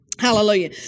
Hallelujah